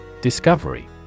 Discovery